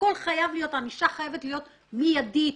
הענישה חייבת להיות מיידית.